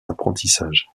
apprentissage